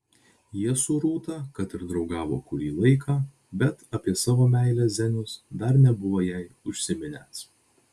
jie su rūta kad ir draugavo kurį laiką bet apie savo meilę zenius dar nebuvo jai užsiminęs